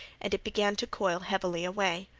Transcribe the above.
and it began to coil heavily away.